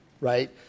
right